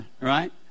Right